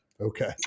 Okay